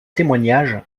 témoignages